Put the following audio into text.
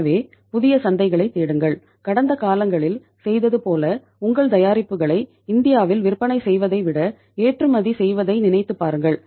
எனவே புதிய சந்தைகளைத் தேடுங்கள் கடந்த காலங்களில் செய்தது போல உங்கள் தயாரிப்புகளை இந்தியாவில் விற்பனை செய்வதை விட ஏற்றுமதி செய்வதை நினைத்துப் பாருங்கள்